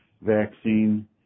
vaccine